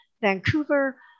Vancouver